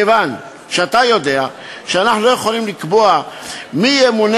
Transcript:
כיוון שאתה יודע שאנחנו לא יכולים לקבוע מי ימונה